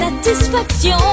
satisfaction